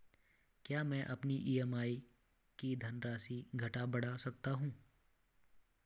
क्या मैं अपनी ई.एम.आई की धनराशि घटा बढ़ा सकता हूँ?